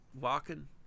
walking